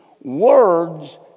words